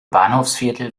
bahnhofsviertel